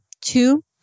Two